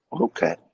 Okay